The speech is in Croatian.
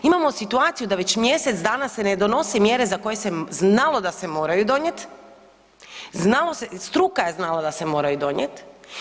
Imamo situaciju da već mjesec dana se ne donose mjere za koje se znalo da se moraju donijet, struka je znala da se moraju donijet.